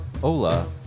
hola